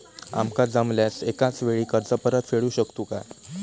आमका जमल्यास एकाच वेळी कर्ज परत फेडू शकतू काय?